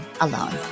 alone